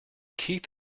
keith